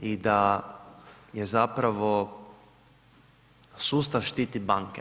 I da je zapravo sustav štiti banke.